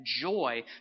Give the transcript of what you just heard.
joy